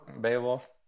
Beowulf